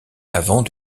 avant